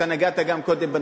קודם נגעת בנושא